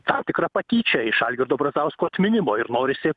tam tikra patyčia iš algirdo brazausko atminimo ir norisi